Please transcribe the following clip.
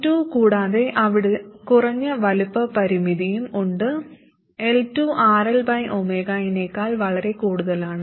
L2 കൂടാതെ അവിടെ കുറഞ്ഞ വലുപ്പ പരിമിതിയും ഉണ്ട് L2 RLനേക്കാൾ വളരെ കൂടുതലാണ്